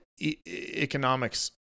economics